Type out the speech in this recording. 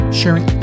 sharing